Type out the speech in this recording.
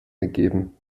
gegeben